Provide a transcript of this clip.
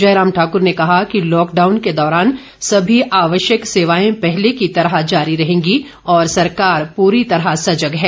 जयराम ठाकुर ने कहा कि लॉकडाउन के दौरान सभी आवश्यक सेवाए पहले की तरह जारी रहेंगी और सरकार पूरी तरह सजग है